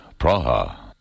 Praha